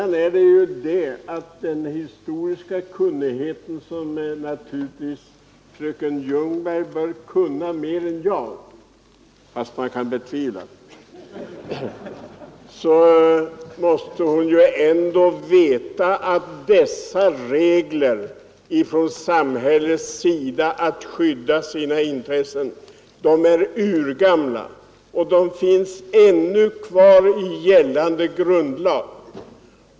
När det gäller den historiska kunnigheten borde naturligtvis fröken Ljungberg besitta sådan i större utsträckning än jag — även om man kan betvivla att så är fallet. Men hon borde ju ändå veta att samhällets lagbestämmelser till skydd för sina intressen är urgamla och ännu finns kvar i gällande grundlag.